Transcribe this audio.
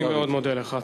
אני מאוד מודה לך.